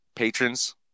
Patrons